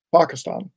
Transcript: Pakistan